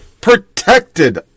protected